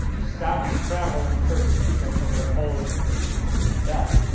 stopping travel encourages people to withhold data.